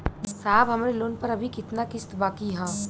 साहब हमरे लोन पर अभी कितना किस्त बाकी ह?